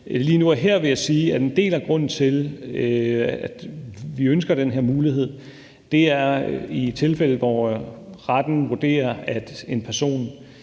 lige nu og her vil jeg sige, at en del af grunden til, at vi ønsker den her mulighed, er, at den skal bruges i tilfælde, hvor retten vurderer, at en person